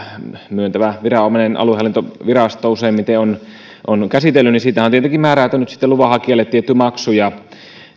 myöntävä viranomainen aluehallintovirasto useimmiten on lupaa käsitellyt niin siitähän on tietenkin sitten määräytynyt luvanhakijalle tietty maksu